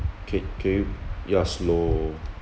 K K you you are slow